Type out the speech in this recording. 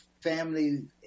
family